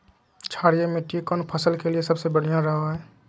क्षारीय मिट्टी कौन फसल के लिए सबसे बढ़िया रहो हय?